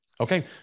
Okay